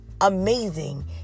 amazing